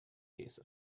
case